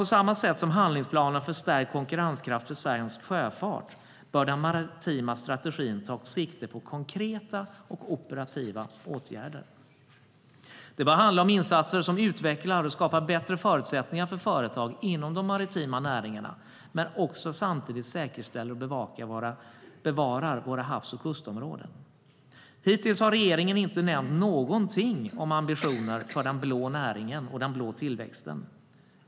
På samma sätt som handlingsplanen för stärkt konkurrenskraft för svensk sjöfart bör den maritima strategin ta sikte på konkreta och operativa åtgärder. Det bör handla om insatser som utvecklar och skapar bättre förutsättningar för företag inom de maritima näringarna men samtidigt säkerställer och bevarar våra havs och kustområden. Hittills har regeringen inte nämnt någonting om ambitioner för den blå näringen och den blå tillväxten.